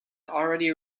already